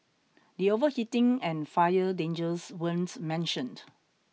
the overheating and fire dangers weren't mentioned